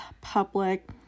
public